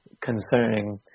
concerning